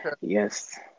Yes